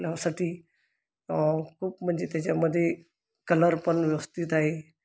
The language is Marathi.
आपल्यासाठी खूप म्हणजे त्याच्यामध्ये कलर पण व्यवस्थित आहे